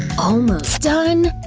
almost done,